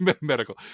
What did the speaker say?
Medical